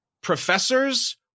professors